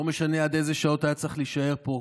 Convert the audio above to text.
לא משנה עד איזה שעות היה צריך להישאר פה,